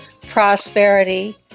prosperity